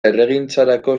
herrigintzarako